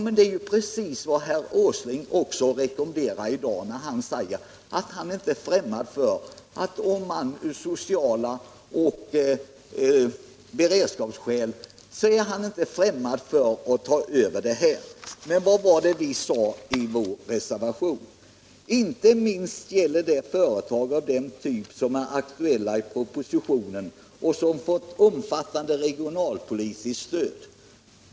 Men det är ju precis vad herr Åsling också rekommenderar i dag, när han säger att han inte är främmande för den tanken om sociala skäl och beredskapsskäl motiverar det. Men vad sade vi i vår reservation? Jo, vi sade: ”Inte minst gäller det företag av den typ som är aktuella i propositionen och som fått omfattande regionalpolitiskt stöd.